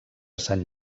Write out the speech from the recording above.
sant